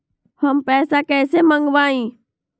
हम पैसा कईसे मंगवाई?